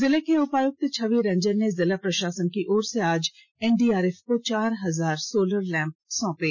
जिले के उपायुक्त छवि रंजन ने जिला प्रशासन की तरफ से आज एनडीआरएफ को चार हजार सोलर लैम्प सौंपे